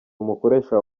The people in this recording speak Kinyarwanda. umukoresha